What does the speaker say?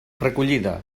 recollida